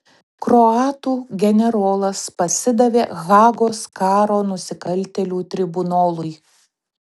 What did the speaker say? kroatų generolas pasidavė hagos karo nusikaltėlių tribunolui